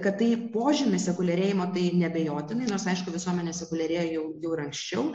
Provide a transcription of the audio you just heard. kad tai požymis sekuliarėjimo tai neabejotinai nors aišku visuomenės sekuliarėjo jau ir anksčiau